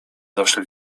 zawsze